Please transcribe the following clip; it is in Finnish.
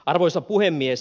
arvoisa puhemies